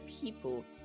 people